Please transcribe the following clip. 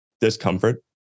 discomfort